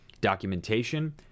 documentation